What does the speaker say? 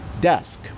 desk